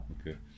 okay